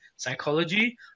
Psychology